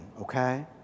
okay